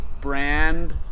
brand